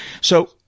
So-